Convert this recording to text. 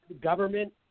government